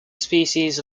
species